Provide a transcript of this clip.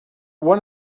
one